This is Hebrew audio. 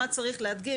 מה צריך להדגיש,